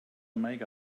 make